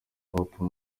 papa